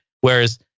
Whereas